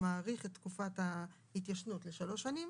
הוא מאריך את תקופת ההתיישנות לשלוש שנים,